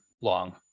long